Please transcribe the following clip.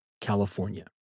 California